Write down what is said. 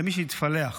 למי שהתפלח,